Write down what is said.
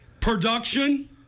production